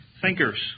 thinkers